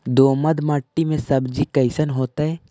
दोमट मट्टी में सब्जी कैसन होतै?